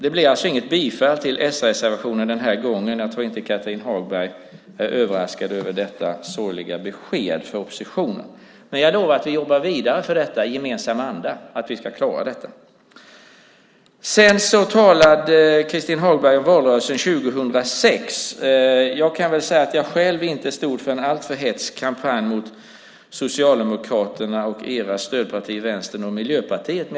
Det blir alltså inget bifall till s-reservationen den här gången. Jag tror inte att Christin Hagberg för oppositionen är överraskad av detta sorgliga besked. Men jag lovar att vi jobbar vidare med det i gemensam anda så att vi ska klara det. Christin Hagberg talade om valrörelsen 2006. Jag kan säga att jag själv inte stod för en alltför hätsk kampanj mot Socialdemokraterna och dess stödpartier Vänsterpartiet och Miljöpartiet.